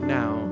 now